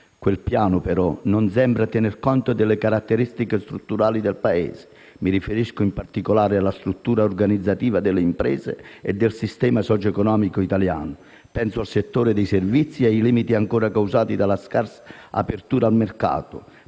Quel piano, però, non sembra tener conto delle caratteristiche strutturali del Paese. Mi riferisco in particolare alla struttura organizzativa delle imprese e del sistema socioeconomico italiano. Penso al settore dei servizi e ai limiti ancora causati dalla scarsa apertura al mercato.